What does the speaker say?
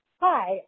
Hi